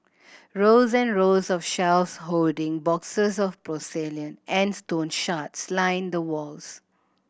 rows and rows of shelves holding boxes of porcelain and stone shards line the walls